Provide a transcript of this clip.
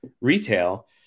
retail